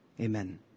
Amen